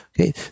Okay